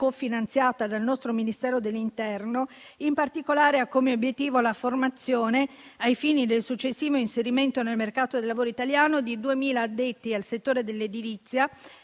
cofinanziato dal nostro Ministero dell'interno, in particolare ha come obiettivo la formazione, ai fini del successivo inserimento nel mercato del lavoro italiano, di 2.000 addetti al settore dell'edilizia,